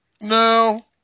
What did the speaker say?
No